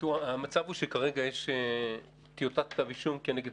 המצב הוא שכרגע יש טיוטת כתב אישום כנגד